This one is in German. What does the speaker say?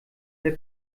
der